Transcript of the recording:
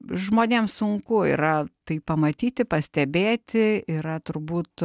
žmonėms sunku yra tai pamatyti pastebėti yra turbūt